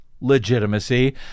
legitimacy